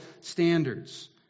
standards